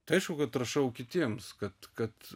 tai aišku kad rašau kitiems kad kad